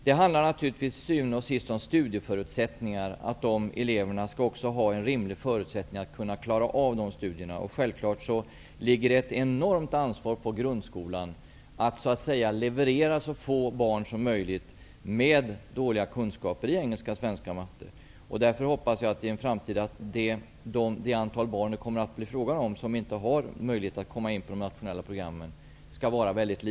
Det handlar naturligtvis till syvende och sist om studieförutsättningar, att eleverna också skall ha en rimlig förutsättning att klara av studierna. Självklart ligger det ett enormt ansvar på grundskolan att så att säga leverera så få barn som möjligt med dåliga kunskaper i engelska, svenska och matte. Därför hoppas jag att i en framtid det antal barn det kommer att bli fråga om, som inte har möjlighet att komma in på de nationella programmen, skall vara mycket begränsat.